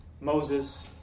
Moses